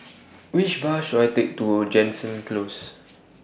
Which Bus should I Take to Jansen Close